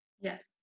Yes